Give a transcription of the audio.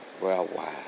worldwide